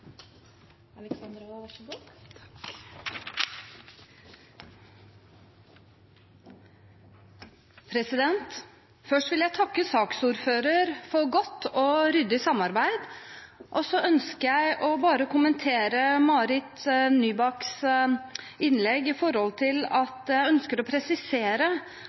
Først vil jeg takke saksordføreren for godt og ryddig samarbeid. Så ønsker jeg bare å kommentere Marit Nybakks innlegg: Jeg ønsker å presisere at industribedriftene lytter til de til enhver tid gjeldende regler og retningslinjer, og at